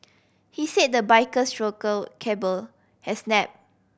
he say the biker's throttle cable has snap